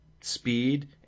speed